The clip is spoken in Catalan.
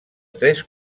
tres